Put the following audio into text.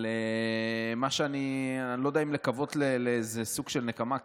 אבל אני לא יודע אם לקוות לסוג של נקמה,